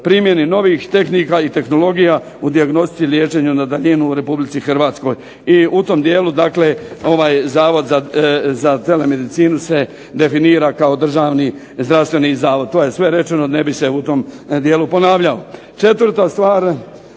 primjeni novih tehnika i tehnologija u dijagnostici liječenja na daljinu u Republici Hrvatskoj. I u tom dijelu zavod za telemedicinu se definira kao državni zdravstveni zavod. To je sve rečeno ne bih se u tom dijelu ponavljao. 4. stvar